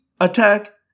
attack